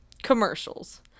Commercials